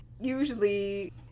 usually